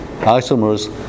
isomers